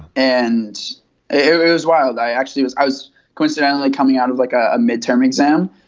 and it was wild. i actually was i was coincidentally coming out of like a midterm exam.